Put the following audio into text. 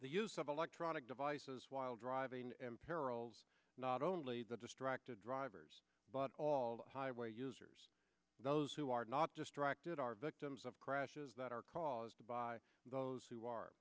the use of electronic devices while driving imperils not only the distracted drivers but all the highway users those who are not distracted are victims of crashes that are caused by those who are